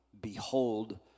Behold